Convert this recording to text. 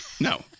No